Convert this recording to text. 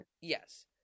Yes